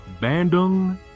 Bandung